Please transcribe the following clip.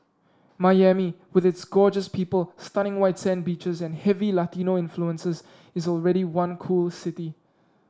Miami with its gorgeous people stunning white sand beaches and heavy Latino influences is already one cool city